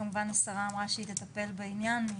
כמובן השרה אמרה שהיא תטפל בעניין.